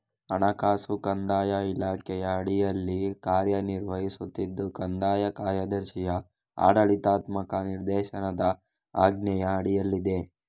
ಹಣಕಾಸು ಕಂದಾಯ ಇಲಾಖೆಯ ಅಡಿಯಲ್ಲಿ ಕಾರ್ಯ ನಿರ್ವಹಿಸುತ್ತಿದ್ದು ಕಂದಾಯ ಕಾರ್ಯದರ್ಶಿಯ ಆಡಳಿತಾತ್ಮಕ ನಿರ್ದೇಶನದ ಆಜ್ಞೆಯ ಅಡಿಯಲ್ಲಿದೆ